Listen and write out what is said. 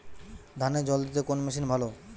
ধানে জল দিতে কোন মেশিন ভালো?